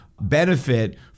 benefit